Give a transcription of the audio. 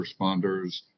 responders